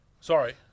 Sorry